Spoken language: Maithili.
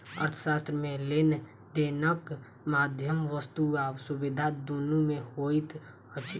अर्थशास्त्र मे लेन देनक माध्यम वस्तु आ सुविधा दुनू मे होइत अछि